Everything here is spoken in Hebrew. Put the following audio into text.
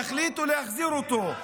יחליטו להחזיר אותו.